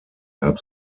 gab